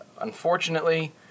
Unfortunately